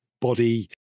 body